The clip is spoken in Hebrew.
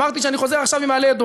אמרתי שאני חוזר עכשיו ממעלה-אדומים,